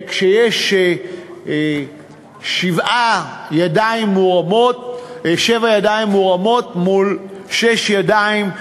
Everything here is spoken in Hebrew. כשיש שבע ידיים מורמות מול שש ידיים,